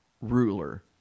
ruler